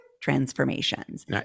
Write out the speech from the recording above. transformations